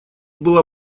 была